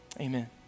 Amen